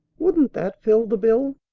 wouldn't that fill the bill?